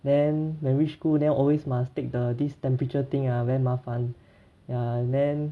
then when reach school always must take the this temperature thing ah very 麻烦 ya then